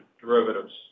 Derivatives